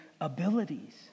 abilities